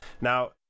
Now